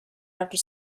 after